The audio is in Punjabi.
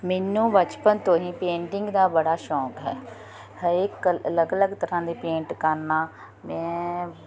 ਮੈਨੂੰ ਬਚਪਨ ਤੋਂ ਹੀ ਪੇਂਟਿੰਗ ਦਾ ਬੜਾ ਸ਼ੌਂਕ ਹੈ ਹਰੇਕ ਅਲੱਗ ਅਲੱਗ ਤਰ੍ਹਾਂ ਦੀ ਪੇਂਟ ਕਰਨਾ ਮੈਂ